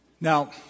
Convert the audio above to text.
Now